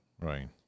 Right